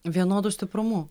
vienodu stiprumu